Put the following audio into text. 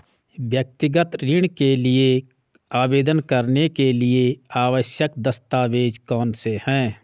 व्यक्तिगत ऋण के लिए आवेदन करने के लिए आवश्यक दस्तावेज़ कौनसे हैं?